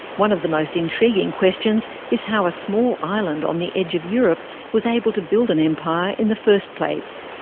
one of the most intriguing questions is how a small island on the edge of europe was able to build an empire in the first place.